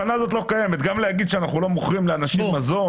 גם להגיד אנחנו לא מוכרים לאנשים מזון